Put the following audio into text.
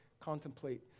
contemplate